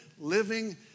living